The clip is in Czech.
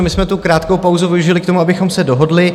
My jsme tu krátkou pauzu využili k tomu, abychom se dohodli.